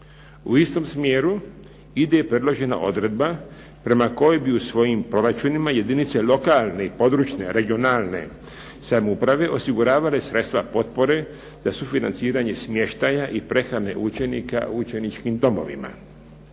U istom smjeru ide predložena odredba prema kojoj bi u svojim proračunima jedinice lokalne i područne, regionalne samouprave osiguravale sredstva potpore za sufinanciranje smještaja i prehrane učenika u učeničkim domovima.